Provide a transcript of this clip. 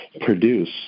produce